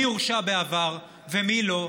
מי הורשע בעבר ומי לא?